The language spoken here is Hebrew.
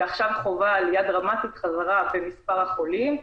ועכשיו חווה עלייה דרמטית חזרה במספר החולים.